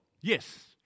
yes